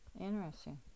Interesting